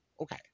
okay